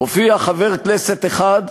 הופיע חבר כנסת אחד,